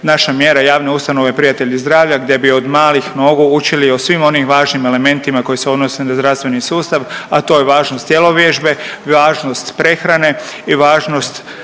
naša mjera javne ustanove prijatelji zdravlja gdje bi od malih nogu učili o svim onim važnim elementima koji se odnose na zdravstveni sustav, a to je važnost tjelovježbe, važnost prehrane i važnost